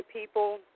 people